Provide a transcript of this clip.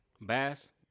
Bass